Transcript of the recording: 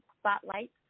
spotlight